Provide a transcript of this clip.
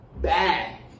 bag